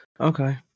okay